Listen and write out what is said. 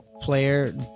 player